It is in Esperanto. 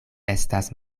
estas